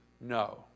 No